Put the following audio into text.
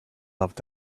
loved